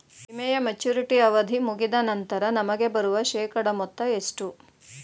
ವಿಮೆಯ ಮೆಚುರಿಟಿ ಅವಧಿ ಮುಗಿದ ನಂತರ ನಮಗೆ ಬರುವ ಶೇಕಡಾ ಮೊತ್ತ ಎಷ್ಟು?